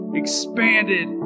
expanded